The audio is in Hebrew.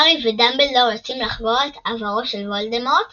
הארי ודמבלדור יוצאים לחקור את עברו של וולדמורט